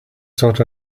sought